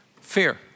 Fear